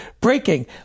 breaking